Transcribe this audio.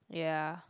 ya